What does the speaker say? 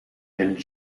and